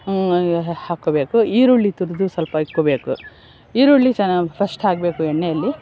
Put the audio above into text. ಹಾಕೋಬೇಕು ಈರುಳ್ಳಿ ತುರಿದು ಸ್ವಲ್ಪ ಇಟ್ಕೋಬೇಕು ಈರುಳ್ಳಿ ಫಸ್ಟ್ ಹಾಕಬೇಕು ಎಣ್ಣೆಯಲ್ಲಿ